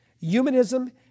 Humanism